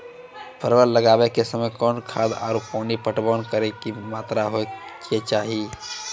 परवल लगाबै के समय कौन खाद आरु पानी पटवन करै के कि मात्रा होय केचाही?